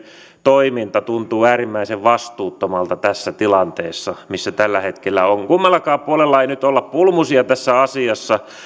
toiminta tuntuu äärimmäisen vastuuttomalta tässä tilanteessa missä tällä hetkellä ollaan kummallakaan puolella ei nyt olla pulmusia tässä asiassa